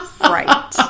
Right